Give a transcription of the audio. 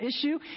issue